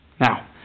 Now